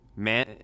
Man